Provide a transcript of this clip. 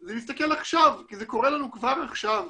זה להסתכל עכשיו כי זה קורה לנו כבר עכשיו